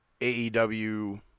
AEW